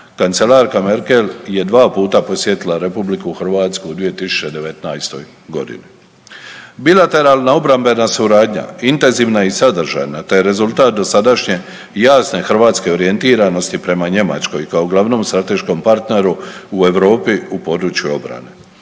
Kancelarka Merkel je 2 puta posjetila RH u 2019. g. Bilateralna obrambena suradnja, intenzivna i sadržajna te rezultat dosadašnje jasne hrvatske orijentiranosti prema Njemačkoj kao glavnom strateškom partneru u Europi u području obrane.